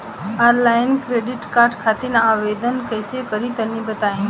Offline credit card खातिर आवेदन कइसे करि तनि बताई?